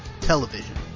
television